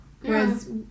Whereas